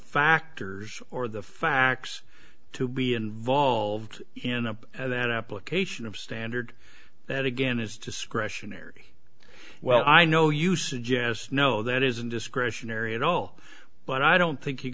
factors or the facts to be involved in a and that application of standard that again is discretionary well i know you suggest no that isn't discretionary at all but i don't think he